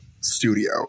studio